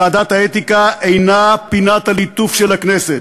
ועדת האתיקה אינה פינת הליטוף של הכנסת,